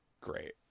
great